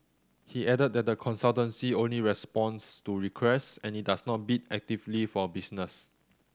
he added that the consultancy only responds to requests and it does not bid actively for business